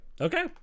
Okay